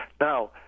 Now